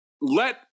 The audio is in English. let